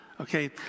Okay